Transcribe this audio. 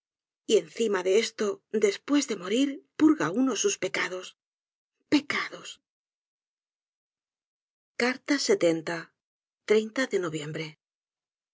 beatitud y encima de esto después de morir purga uno sus pecados ecaáos de noviembre